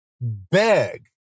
beg